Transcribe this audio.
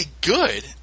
good